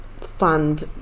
fund